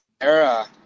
era